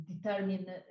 determine